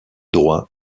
droit